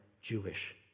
Jewish